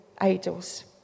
idols